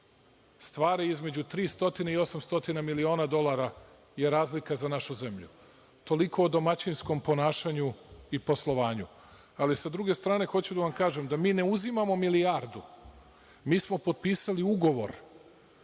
stvari između 300 i 800 miliona dolara je razlika za našu zemlju. Toliko o domaćinskom ponašanju i poslovanju. Sa druge strane hoću da vam kažem da mi ne uzimamo milijardu. Mi smo potpisali ugovor